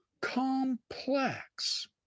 complex